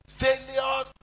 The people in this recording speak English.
Failure